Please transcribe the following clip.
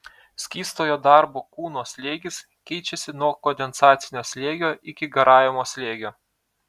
skystojo darbo kūno slėgis keičiasi nuo kondensacinio slėgio iki garavimo slėgio